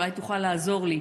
אולי תוכל לעזור לי,